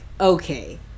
okay